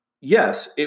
yes